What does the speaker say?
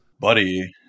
Buddy